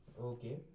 Okay